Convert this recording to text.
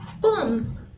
boom